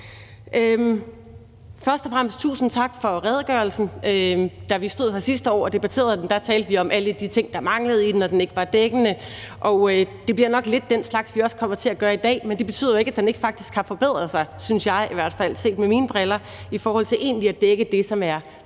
Først og fremmest tusind tak for redegørelsen. Da vi stod her sidste år og debatterede den, talte vi om alle de ting, der manglede i den, og at den ikke var dækkende. Det bliver nok lidt den slags, vi også kommer til at gøre i dag, men det betyder jo ikke, at den ikke faktisk har forbedret sig, synes jeg i hvert fald og set med mine briller, i forhold til egentlig at dække den måde,